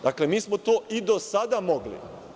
Dakle, mi smo to i do sada mogli.